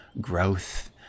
growth